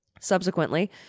Subsequently